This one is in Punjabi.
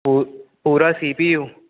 ਪੂਰ ਪੂਰਾ ਸੀ ਪੀ ਯੂ